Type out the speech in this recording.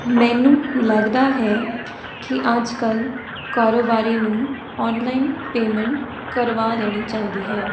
ਮੈਨੂੰ ਲੱਗਦਾ ਹੈ ਕਿ ਅੱਜ ਕੱਲ੍ਹ ਕਾਰੋਬਾਰੀ ਨੂੰ ਓਨਲਾਈਨ ਪੇਮੈਂਟ ਕਰਵਾ ਲੈਣੀ ਚਾਹੀਦੀ ਹੈ